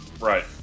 Right